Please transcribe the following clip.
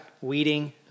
weeding